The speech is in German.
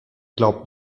glaubt